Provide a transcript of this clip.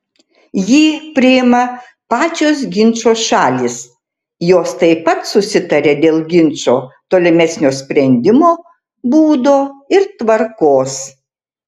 jį priima pačios ginčo šalys jos taip pat susitaria dėl ginčo tolimesnio sprendimo būdo ir tvarkos